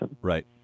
Right